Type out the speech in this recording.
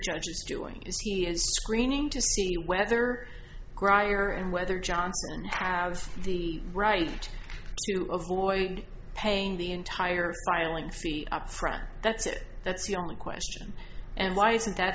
judge is doing is he is screening to see whether grier and whether johnson have the right to avoid paying the entire filing fee up front that's it that's the only question and why isn't that